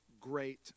great